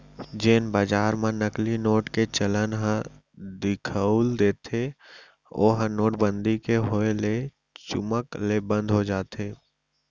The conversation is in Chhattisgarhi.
जेन बजार म नकली नोट के चलन ह दिखउल देथे ओहा नोटबंदी के होय ले चुमुक ले बंद हो जाथे